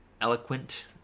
eloquent